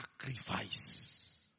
sacrifice